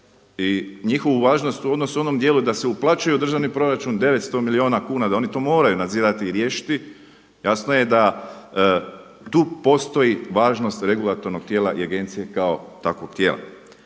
i njihovu važnost u odnosu u onom dijelu da se uplaćuje u državni proračun 900 milijuna kuna, da oni to moraju nadzirati i riješiti, jasno je da tu postoji važnost regulatornog tijela i agencije kao takvog tijela.